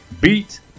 beat